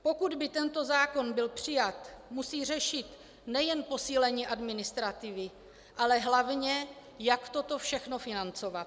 Pokud by tento zákon byl přijat, musí řešit nejen posílení administrativy, ale hlavně, jak toto všechno financovat.